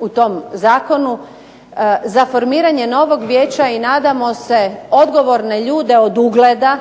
u tom zakonu, za formiranje novog Vijeća i nadamo se odgovorne ljude od ugleda,